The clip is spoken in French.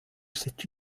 cette